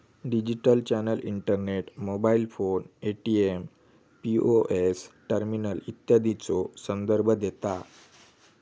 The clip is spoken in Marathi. digital channel internet, mobile phone, ATM, POS terminal इत्यादीचो संदर्भ देता